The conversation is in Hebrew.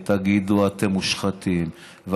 ותגידו: אתם מושחתים.